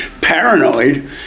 paranoid